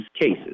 cases